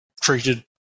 treated